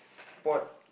sport